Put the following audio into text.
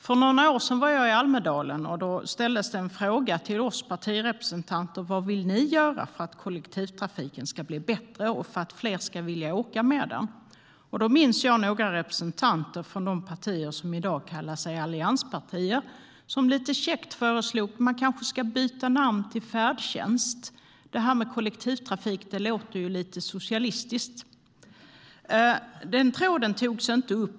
För några år sedan var jag i Almedalen. Där ställdes det en fråga till oss partirepresentanter: Vad vill ni göra för att kollektivtrafiken ska bli bättre och för att fler ska vilja åka med den? Jag minns att några representanter från de partier som i dag kallas allianspartier lite käckt föreslog: "Man kanske ska byta namn till färdtjänst. Det här med kollektivtrafik låter ju lite socialistiskt." Den tråden togs inte upp.